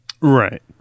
Right